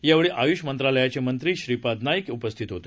यावेळी आयुष मंत्रालयाचे मंत्री श्रीपाद नाईक उपस्थित होते